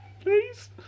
please